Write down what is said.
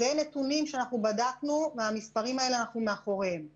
אלה נתונים שאנחנו בדקנו ואנחנו מאחורי המספרים האלה.